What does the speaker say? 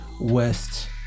West